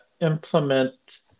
implement